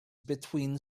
between